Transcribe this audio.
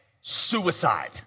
suicide